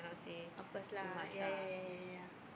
of course lah ya ya ya ya ya